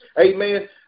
amen